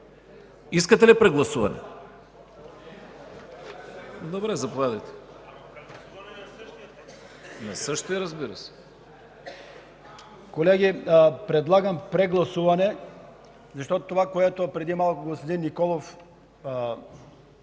Искате ли прегласуване? Добре, заповядайте. РАМАДАН АТАЛАЙ (ДПС): Колеги, предлагам прегласуване, защото това, което преди малко господин Николов изказа